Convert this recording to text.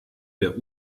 der